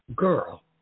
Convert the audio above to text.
girl